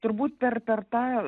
turbūt per per tą